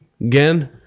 Again